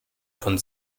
von